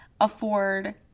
afford